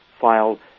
file